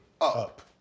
up